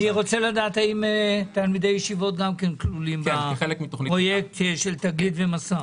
אני רוצה לדעת האם תלמידי ישיבות גם כן כלולים בפרויקט של תגלית ומסע.